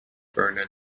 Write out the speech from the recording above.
vernon